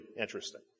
interesting